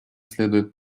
следует